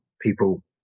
people